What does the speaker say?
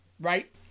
Right